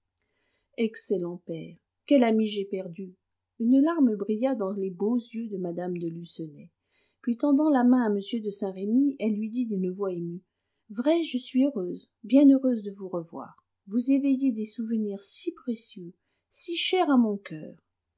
excellent père quel ami j'ai perdu une larme brilla dans les beaux yeux de mme de lucenay puis tendant la main à m de saint-remy elle lui dit d'une voix émue vrai je suis heureuse bien heureuse de vous revoir vous éveillez des souvenirs si précieux si chers à mon coeur